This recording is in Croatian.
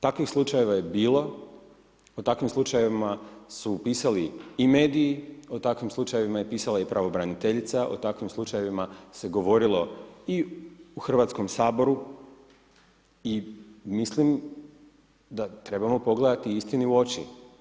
Takvih slučajeva je i bilo, o takvim slučajevima su pisali i mediji, o takvim slučajevima je pisala i pravobraniteljica, o takvim slučajevima se govorilo i u HS-u i mislim da trebamo pogledati istini u oči.